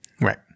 Right